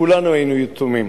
כולנו היינו יתומים.